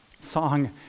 song